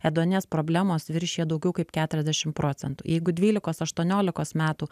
ėduonies problemos viršija daugiau kaip keturiasdešim procentų jeigu dvylikos aštuoniolikos metų